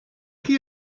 chi